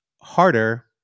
harder